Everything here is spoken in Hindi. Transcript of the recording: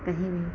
कहीं भी